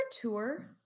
tour